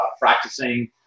practicing